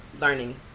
learning